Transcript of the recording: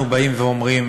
אנחנו באים ואומרים